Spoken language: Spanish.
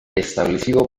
establecido